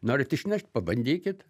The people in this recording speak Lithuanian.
norit išnešt pabandykit